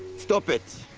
stop it.